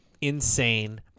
insane